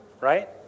Right